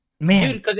man